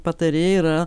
patarėjai yra